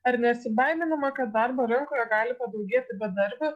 ar nesibaiminama kad darbo rinkoje gali padaugėti bedarbių